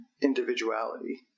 individuality